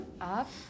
up